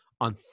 on